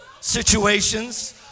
situations